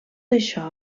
això